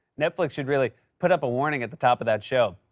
netflix should really put up a warning at the top of that show.